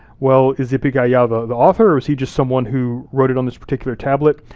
well, is ipiq-aya ah the the author, or was he just someone who wrote it on this particular tablet?